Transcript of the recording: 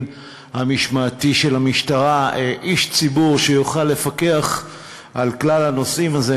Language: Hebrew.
המשמעתי של המשטרה איש ציבור שיוכל לפקח על כלל הנושאים האלה,